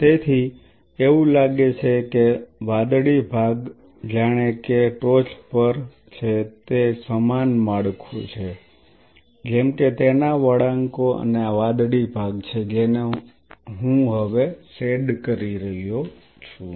તેથી એવું લાગે છે કે વાદળી ભાગ જાણે કે ટોચ પર છે તે સમાન માળખું છે જેમ કે તેના વળાંકો અને આ વાદળી ભાગ છે જેને હું હવે શેડ કરી રહ્યો છું